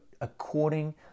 according